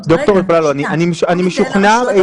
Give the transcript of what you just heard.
תתחיל להתארגן